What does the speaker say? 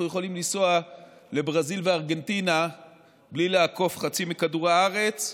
אנחנו יכולים לנסוע לברזיל וארגנטינה בלי לעקוף חצי מכדור הארץ.